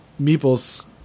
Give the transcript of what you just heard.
meeples